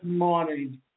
morning